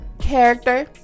character